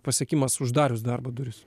pasiekimas uždarius darbo duris